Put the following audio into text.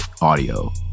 audio